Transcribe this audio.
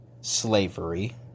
Slavery